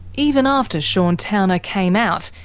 even after sean towner came out,